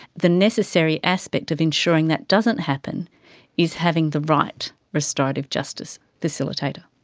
the necessary aspect of ensuring that doesn't happen is having the right restorative justice facilitator.